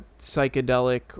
psychedelic